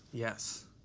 yes.